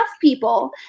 people